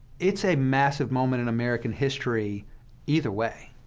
it's a massive moment in american history either way.